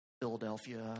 Philadelphia